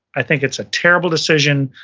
i think it's a terrible decision,